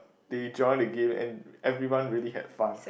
they join the game and everyone really had fun